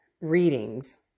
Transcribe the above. readings